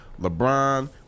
lebron